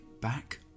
back